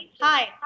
Hi